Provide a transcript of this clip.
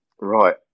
right